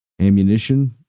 ammunition